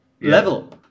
level